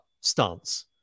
stance